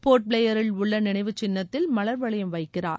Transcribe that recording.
போர்ட்பிளோயரில் உள்ள நினைவுச் சின்னத்தில் மலர்வளையம் வைக்கிறார்